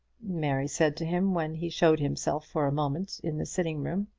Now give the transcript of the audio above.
mary said to him when he showed himself for a moment in the sitting-room.